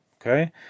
Okay